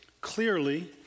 clearly